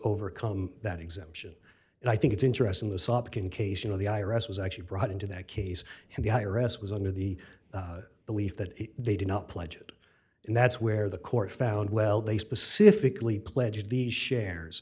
overcome that exemption and i think it's interesting the sawbuck in case you know the i r s was actually brought into that case and the i r s was under the belief that they did not pledge it and that's where the court found well they specifically pledged the shares